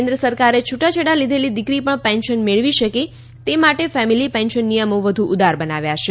કેન્દ્ર સરકારે છૂટાછેટા લીઘેલી દીકરી પણ પેન્શન મેળવી શકે તે માટે ફેમિલી પેન્શન નિયમો વધુ ઉદાર બનાવ્યા છે